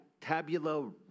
tabula